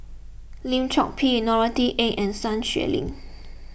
Lim Chor Pee Norothy Ng and Sun Xueling